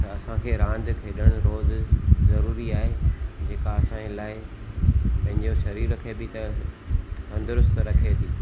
त असांखे रांदि खेॾणु रोज़ ज़रूरी आहे जेका असांजे लाइ पंहिंजो शरीर खे बि त तंदुरुस्तु रखे थी